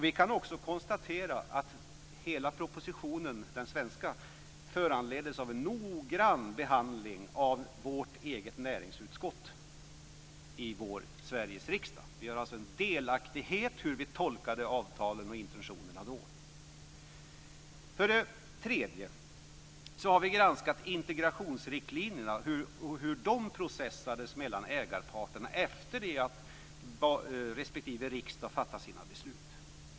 Vi kan också konstatera att hela den svenska propositionen föranleddes av en noggrann behandling av vårt eget näringsutskott i Sveriges riksdag. Vi har alltså en delaktighet i hur vi tolkade avtalen och intentionerna då. För det tredje har vi granskat integrationsriktlinjerna och hur de processades mellan ägarparterna efter det att respektive riksdag hade fattat sina beslut.